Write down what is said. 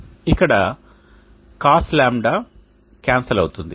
ఇక్కడ Cos 𝛿 cancel అవుతుంది